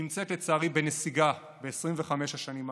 נמצאת לצערי בנסיגה ב-25 השנים האחרונות,